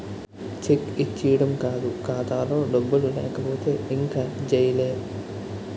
check ఇచ్చీడం కాదు ఖాతాలో డబ్బులు లేకపోతే ఇంక జైలే